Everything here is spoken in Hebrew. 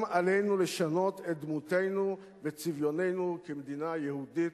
עלינו לשנות את דמותנו וצביוננו כמדינה יהודית,